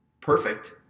perfect